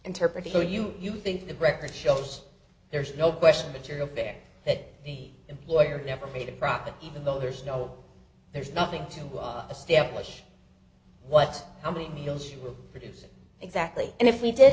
interpreted for you you think the record shows there is no question material there that the employer never made a profit even though there's no there's nothing to the step which what how many meals you will produce exactly and if we did